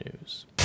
news